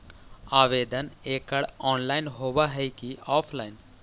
आवेदन एकड़ ऑनलाइन होव हइ की ऑफलाइन?